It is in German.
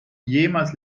jemals